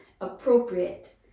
appropriate